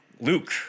Luke